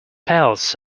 pals